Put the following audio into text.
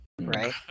Right